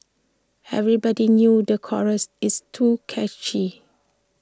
everybody knew the chorus it's too catchy